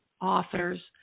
authors